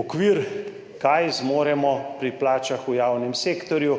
okvir, kaj zmoremo pri plačah v javnem sektorju,